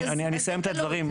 ברור.